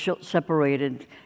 separated